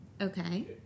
Okay